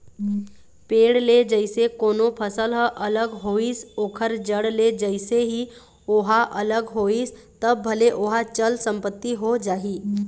पेड़ ले जइसे कोनो फसल ह अलग होइस ओखर जड़ ले जइसे ही ओहा अलग होइस तब भले ओहा चल संपत्ति हो जाही